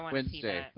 Wednesday